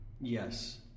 Yes